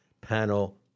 panel